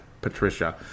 Patricia